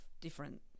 different